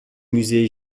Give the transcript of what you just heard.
musée